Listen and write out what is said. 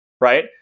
right